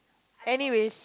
anyways